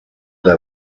they